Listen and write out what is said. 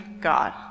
God